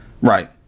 Right